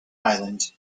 island